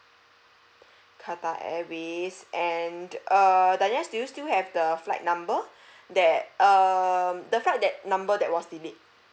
Qatar Airways and err danya do you still have the flight number that um the flight that number that was delayed